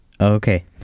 okay